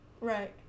Right